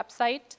website